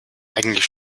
eigentlich